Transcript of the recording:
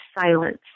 silence